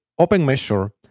OpenMeasure